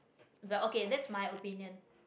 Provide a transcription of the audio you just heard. but okay that's my opinion